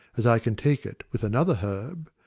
as i can take it with another herb,